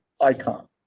icon